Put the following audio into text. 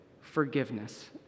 forgiveness